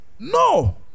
no